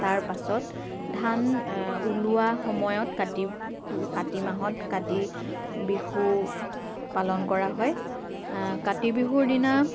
তাৰ পাছত ধান ওলোৱাৰ সময়ত কাতি কাতি মাহত কাতি বিহু পালন কৰা হয় কাতি বিহুৰ দিনা